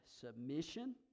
submission